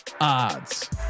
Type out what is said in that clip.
odds